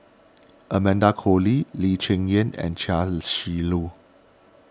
Amanda Koe Lee Lee Cheng Yan and Chia Shi Lu